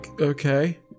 okay